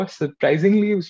surprisingly